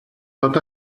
tot